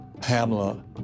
Pamela